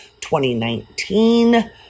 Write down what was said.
2019